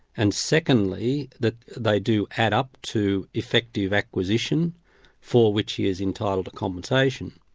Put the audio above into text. and secondly that they do add up to effective acquisition for which he is entitled to compensation.